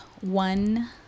one